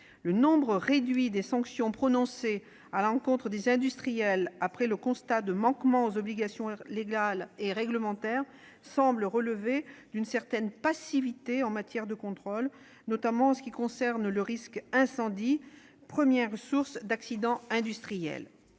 Le nombre réduit de sanctions prononcées à l'encontre des industriels après le constat de manquements aux obligations légales et réglementaires semble relever d'une certaine passivité en matière de contrôles, notamment pour ce qui concerne le risque incendie, première source d'accident industriel.